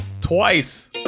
twice